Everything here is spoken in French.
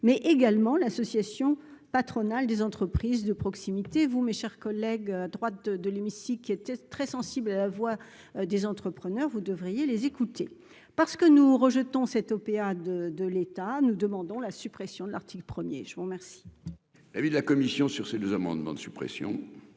mais également l'association patronale des entreprises de proximité vous mes chers collègues, droite de l'hémicycle, qui était très sensible à la voix des entrepreneurs, vous devriez les écouter parce que nous rejetons cette OPA de de l'État, nous demandons la suppression de l'article premier, je vous remercie.